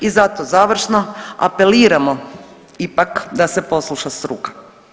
I zato završno, apeliramo ipak da se posluša struka.